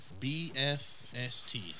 BFST